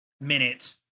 minute